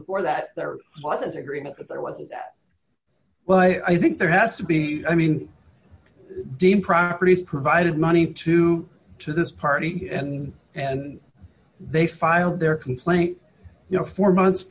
before that there wasn't agreement that there was a well i think there has to be i mean dean properties provided money to to this party and they filed their complaint you know for months